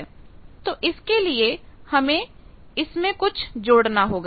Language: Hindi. तो इसके लिए हमें इसमें कुछ जोड़ना होगा